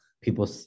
people